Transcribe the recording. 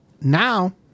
Now